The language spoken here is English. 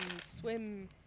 swim